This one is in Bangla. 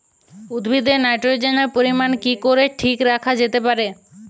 উদ্ভিদে নাইট্রোজেনের পরিমাণ কি করে ঠিক রাখা যেতে পারে?